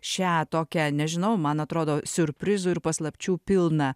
šią tokią nežinau man atrodo siurprizų ir paslapčių pilną